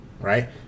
Right